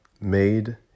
made